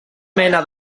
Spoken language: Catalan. mena